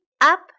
up